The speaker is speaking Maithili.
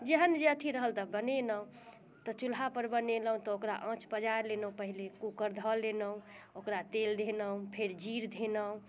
जेहन जे अथी रहल तऽ बनेलहुँ तऽ चूल्हा पर बनेलहुँ तऽ ओकरा आँच पजारि लेलहुँ पहिले कूकर धऽ लेलहुँ ओकरा तेल धयलहुँ फेर जीर धयलहुँ